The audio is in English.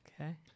Okay